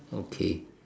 okay